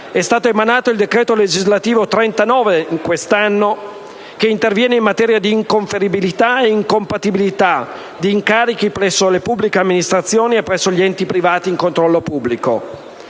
è stato emanato il decreto legislativo n. 39 del 2013, che interviene in materia di inconferibilità e di incompatibilità di incarichi presso le pubbliche amministrazioni e presso gli enti privati in controllo pubblico.